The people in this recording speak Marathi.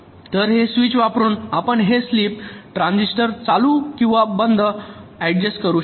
तर हे स्विच वापरुन आपण हे स्लीप ट्रान्झिस्टर चालू आणि बंद अड्जस्ट करू शकता